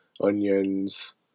onions